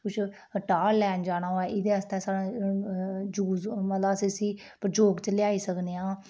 कुछ टाल लैन जाना होऐ एह्दे आस्तै सानूं यूज मतलब अस इसी प्रयोग च लेआई सकने आं